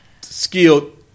skilled